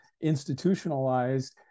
institutionalized